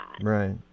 Right